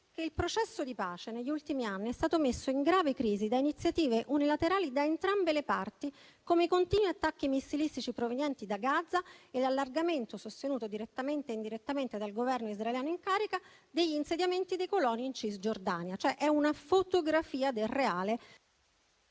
il processo di pace negli ultimi anni è stato messo in grave crisi da iniziative unilaterali da entrambe le parti, come i continui attacchi missilistici provenienti da Gaza e l'allargamento, sostenuto direttamente e indirettamente dal Governo israeliano in carica, degli insediamenti dei coloni in Cisgiordania, cioè una fotografia del reale,